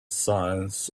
signs